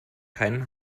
keinen